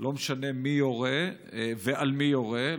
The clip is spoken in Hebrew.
לא משנה מי יורה ועל מי יורים,